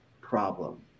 problem